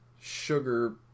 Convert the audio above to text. sugar